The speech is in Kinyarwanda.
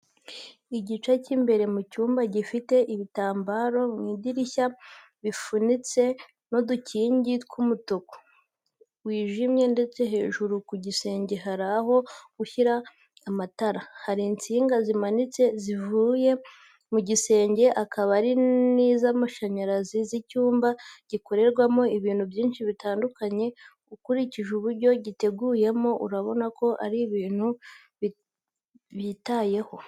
Igice cy’imbere mu cyumba gifite ibitambaro mu idirishya bifunitse n’udukingi tw’umutuku wijimye ndetse hejuru ku gisenge hari aho gushyira amatara. Hari insinga zimanitse zivuye mu gisenge akaba ari iz’amashanyarazi n'icyumba gikorerwamo ibintu byinshi bitandukanye ukurikije uburyo giteguyemo urabona ko ari ibintu bitayeho.